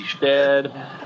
dead